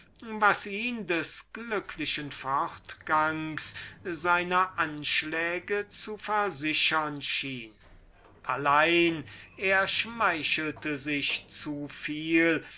was ihn von dem glücklichen fortgang seines anschlags zu versichern schien allein er schmeichelte sich zuviel